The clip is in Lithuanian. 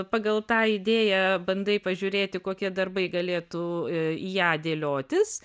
pagal tą idėją bandai pažiūrėti kokie darbai galėtų į ją dėliotis